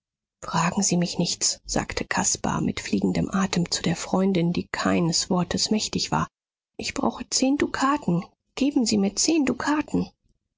fragen sie mich nichts sagte caspar mit fliegendem atem zu der freundin die keines wortes mächtig war ich brauche zehn dukaten geben sie mir zehn dukaten